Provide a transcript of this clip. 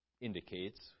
indicates